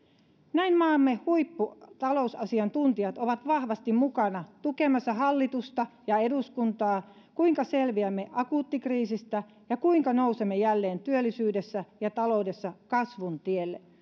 näin maamme huipputalousasiantuntijat ovat vahvasti mukana tukemassa hallitusta ja eduskuntaa kuinka selviämme akuuttikriisistä ja kuinka nousemme jälleen työllisyydessä ja taloudessa kasvun tielle